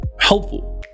helpful